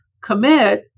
commit